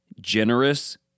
generous